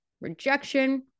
rejection